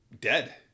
Dead